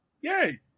Yay